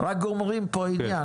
אנחנו רק גומרים פה עניין.